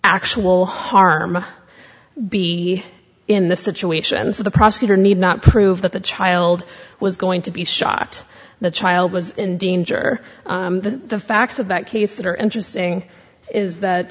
actual harm be in the situation so the prosecutor need not prove that the child was going to be shot the child was in danger the facts of that case that are interesting is that